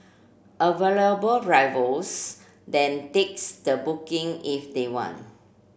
available drivers then takes the booking if they want